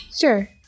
Sure